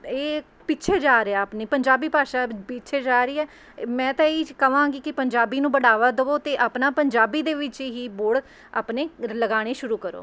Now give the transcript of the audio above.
ਇਹ ਪਿੱਛੇ ਜਾ ਰਿਹਾ ਆਪਣੀ ਪੰਜਾਬੀ ਭਾਸ਼ਾ ਪਿੱਛੇ ਜਾ ਰਹੀ ਹੈ ਮੈਂ ਤਾਂ ਇਹੀ ਕਵਾਂਗੀ ਕਿ ਪੰਜਾਬੀ ਨੂੰ ਬੜਾਵਾ ਦੇਵੋ ਅਤੇ ਆਪਣਾ ਪੰਜਾਬੀ ਦੇ ਵਿੱਚ ਹੀ ਬੋਰਡ ਆਪਣੇ ਲਗਾਉਣੇ ਸ਼ੁਰੂ ਕਰੋ